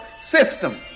system